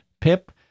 Pip